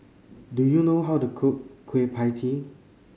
do you know how to cook Kueh Pie Tee